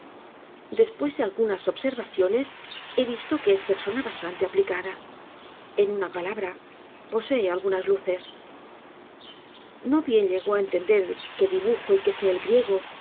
después de algunas observaciones he visto que es persona bastante aplicada en una palabra posee algunas luces no bien llegó á entender que dibujo y que sé el griego